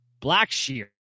Blackshear